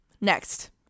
Next